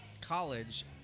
college